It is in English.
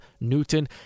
Newton